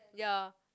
ya